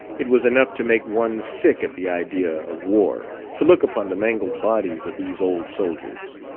it was enough to make one sick at the idea of war, to look upon the mangled bodies of these old soldiers.